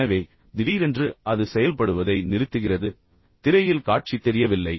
எனவே திடீரென்று அது செயல்படுவதை நிறுத்துகிறது திரையில் காட்சி தெரியவில்லை